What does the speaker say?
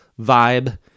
vibe